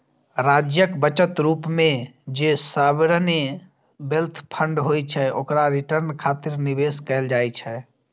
राज्यक बचत रूप मे जे सॉवरेन वेल्थ फंड होइ छै, ओकरा रिटर्न खातिर निवेश कैल जाइ छै